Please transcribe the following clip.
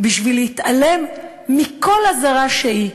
בשביל להתעלם מכל אזהרה שהיא,